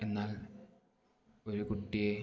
എന്നാൽ ഒരു കുട്ടിയെ